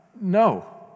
No